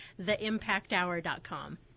theimpacthour.com